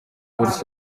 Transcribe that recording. police